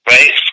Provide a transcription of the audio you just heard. Right